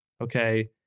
okay